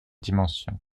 dimension